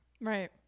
Right